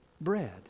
Bread